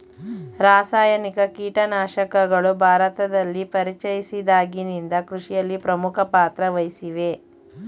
ರಾಸಾಯನಿಕ ಕೀಟನಾಶಕಗಳು ಭಾರತದಲ್ಲಿ ಪರಿಚಯಿಸಿದಾಗಿನಿಂದ ಕೃಷಿಯಲ್ಲಿ ಪ್ರಮುಖ ಪಾತ್ರ ವಹಿಸಿವೆ